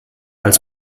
als